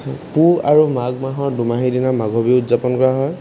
পুহ আৰু মাঘ মাহৰ দুমাহী দিনা মাঘৰ বিহু উদযাপন কৰা হয়